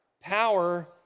power